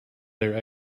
their